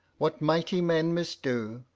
what mighty men misdo,